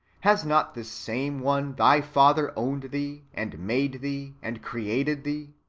has not this same one thy father owned thee, and made thee, and created thee